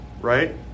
right